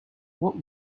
what